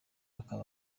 akaba